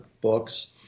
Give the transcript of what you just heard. books